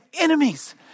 enemies